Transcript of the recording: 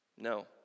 No